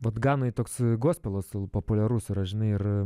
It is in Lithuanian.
vat ganoj toks gospelas populiarus yra žinai ir